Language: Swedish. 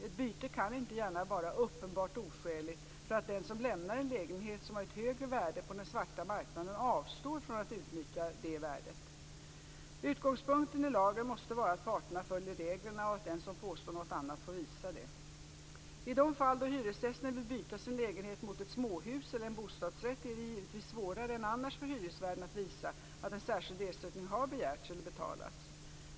Ett byte kan inte gärna vara "uppenbart oskäligt" för att den som lämnar en lägenhet som har ett högre värde på den svarta marknaden avstår från att utnyttja det värdet. Utgångspunkten i lagen måste vara att parterna följer reglerna och att den som påstår något annat får visa det. I de fall då hyresgästen vill byta sin lägenhet mot ett småhus eller en bostadsrätt är det givetvis svårare än annars för hyresvärden att visa att en särskild ersättning har begärts eller betalats.